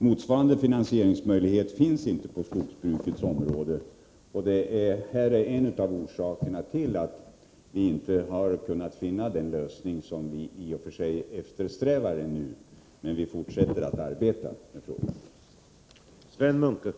Motsvarande finansieringsmöjlighet finns inte på skogsbrukets område, och det är en av orsakerna till att vi inte har kunnat finna den lösning som vi i och för sig eftersträvar. Men vi fortsätter att arbeta med frågan.